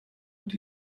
und